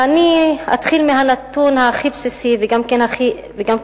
ואני אתחיל מהנתון הכי בסיסי וגם הבעייתי,